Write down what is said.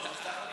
זוהר?